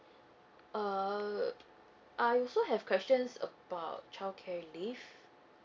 um I also have questions about childcare leave